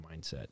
mindset